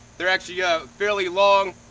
they're actually yeah fairly long.